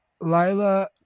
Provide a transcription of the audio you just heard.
Lila